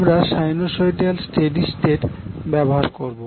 আমরা sinusoidal steady state ব্যবহার করবো